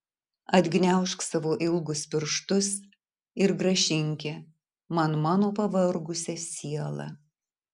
atgniaužk savo ilgus pirštus ir grąžinki man mano pavargusią sielą